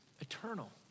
eternal